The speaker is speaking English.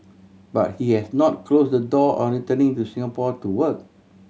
but he has not closed the door on returning to Singapore to work